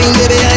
baby